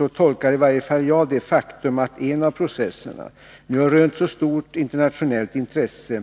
Så tolkar i varje fall jag det faktum att en av processerna nu har rönt så stort internationellt intresse